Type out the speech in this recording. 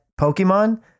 Pokemon